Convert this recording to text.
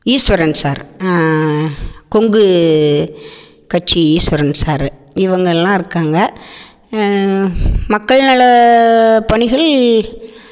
ஈஸ்வரன் sir Kongu கட்சி Eswaran sir இவங்கள்லாம் இருக்காங்க மக்கள் நல பணிகள்